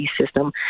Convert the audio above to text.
system